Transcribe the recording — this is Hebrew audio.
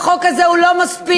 החוק הזה הוא לא מספיק,